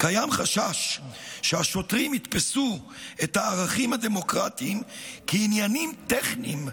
"קיים חשש שהשוטרים יתפסו את הערכים הדמוקרטיים 'כעניינים טכניים,